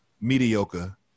mediocre